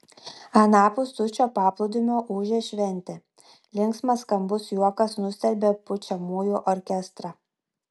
anapus tuščio paplūdimio ūžė šventė linksmas skambus juokas nustelbė pučiamųjų orkestrą